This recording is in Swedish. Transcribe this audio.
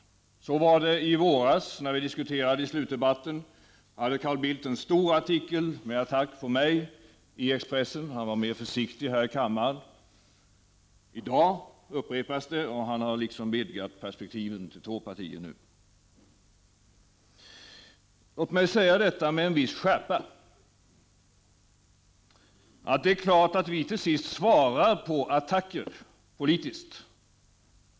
Och i våras, när vi diskuterade i slutdebatten, hade Carl Bildt en stor artikel i Expressen med en attack på mig; han var mer försiktig här i kammaren. I dag upprepas detta, och han har nu vidgat perspektivet till två partier. Låt mig säga med en viss skärpa att det är klart att vi till sist svarar på attacker politiskt.